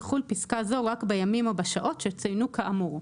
תחול פסקה זו רק בימים או בשעות שצוינו כאמור."